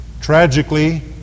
Tragically